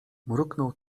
mruknął